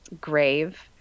grave